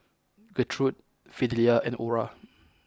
Gertrude Fidelia and Orah